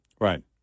Right